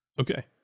Okay